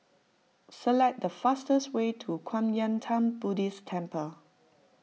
select the fastest way to Kwan Yam theng Buddhist Temple